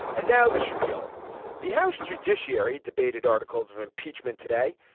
and now the schpiel the house judiciary debated articles of impeachment today.